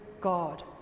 God